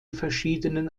verschiedenen